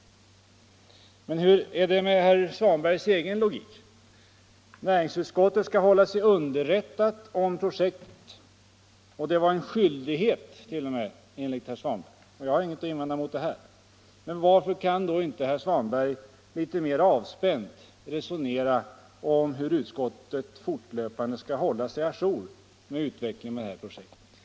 121 Men hur är det med herr Svanbergs egen logik? Näringsutskottet skall hålla sig underrättat om projektet, det var t.o.m. en skyldighet, enligt herr Svanberg. Jag har inget att invända mot det. Men varför kan då inte herr Svanberg litet mer avspänt resonera om hur utskottet fortlöpande skall hålla sig å jour med utvecklingen av det här projektet?